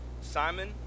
Simon